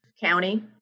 county